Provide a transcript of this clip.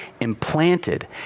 implanted